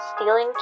stealing